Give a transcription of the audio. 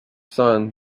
son